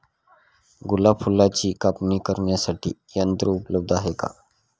गुलाब फुलाची कापणी करण्यासाठी यंत्र उपलब्ध आहे का?